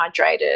hydrated